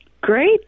Great